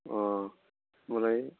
होमब्लालाय